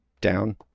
Down